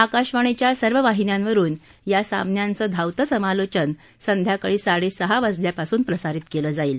आकाशवाणीच्या सर्व वाहिन्यांवरून या सामन्यांच धावत समालोचन संध्याकाळी साडेसहा वाजल्यापासून प्रसारित केलं जाईल